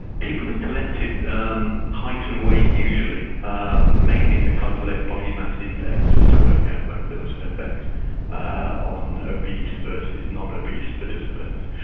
people had collected um height and weight usually, um mainly to calculate body mass index, just to work out whether there was an effect on obese versus non-obese participants.